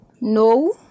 No